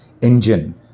engine